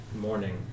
morning